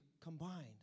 combined